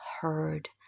heard